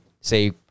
say